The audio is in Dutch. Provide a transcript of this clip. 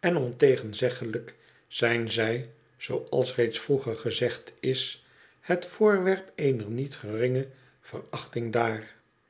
en ontegenzeglijk zijn zij zooals reeds vroeger gezegd is het voorwerp oener niet geringe verachting daar